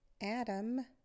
Adam